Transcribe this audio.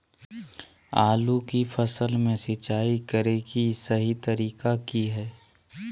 आलू की फसल में सिंचाई करें कि सही तरीका की हय?